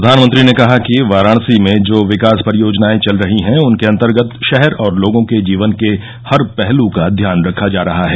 प्रधानमंत्री ने कहा कि वाराणसी में जो विकास परियोजनाएं चल रही हैं उनके अंतर्गत शहर और लोगों के जीवन के हर पहलू का ध्यान रखा जा रहा है